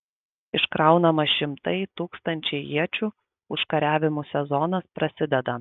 iškraunama šimtai tūkstančiai iečių užkariavimų sezonas prasideda